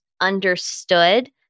understood